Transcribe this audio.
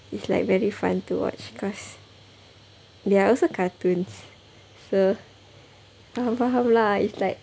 it's like very fun to watch cause they are also cartoons so faham-faham lah it's like